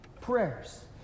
prayers